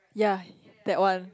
ya that one